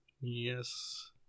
yes